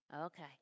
Okay